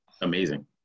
amazing